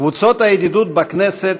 קבוצות הידידות בכנסת,